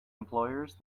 employers